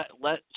let